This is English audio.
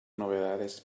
novedades